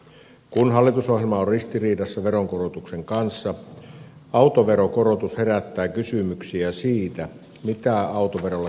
kun hallitusohjelma on ristiriidassa veronkorotuksen kanssa autoveron korotus herättää kysymyksiä siitä mitä autoverolle tapahtuu jatkossa